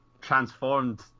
transformed